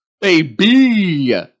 baby